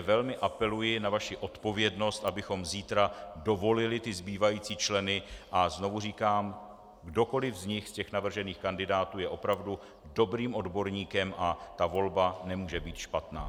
Velmi apeluji na vaši odpovědnost, abychom zítra dovolili zbývající členy, a znovu říkám, že kdokoliv z nich, z navržených kandidátů, je opravdu dobrým odborníkem a volba nemůže být špatná.